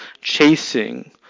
chasing